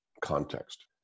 context